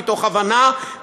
מתוך הבנה,